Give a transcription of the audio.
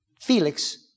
Felix